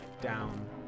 down